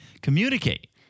communicate